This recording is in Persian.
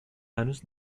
هنوز